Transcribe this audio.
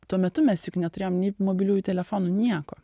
tuo metu mes juk neturėjom nei mobiliųjų telefonų nieko